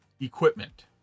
equipment